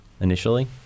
initially